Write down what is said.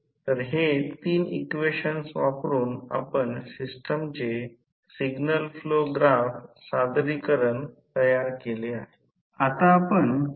तर हे 3 इक्वेशन वापरुन आपण सिस्टमचे सिग्नल फ्लो ग्राफ सादरीकरण तयार केले आहे